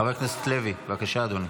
חבר הכנסת לוי, בבקשה, אדוני.